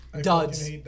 Duds